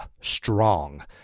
strong